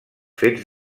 fets